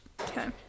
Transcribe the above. Okay